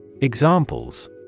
Examples